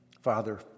Father